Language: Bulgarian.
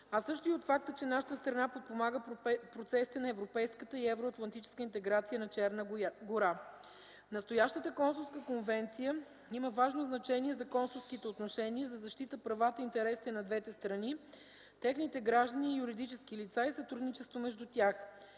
а също и от факта, че нашата страна подпомага процесите на европейска и евроатлантическа интеграция на Черна гора. Настоящата Консулска конвенция има важно значение за консулските отношения, за защита правата и интересите на двете страни, техните граждани и юридически лица и сътрудничеството между тях.